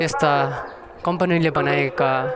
त्यस्ता कम्पनीले बनाएका